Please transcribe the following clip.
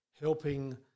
helping